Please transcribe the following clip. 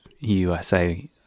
USA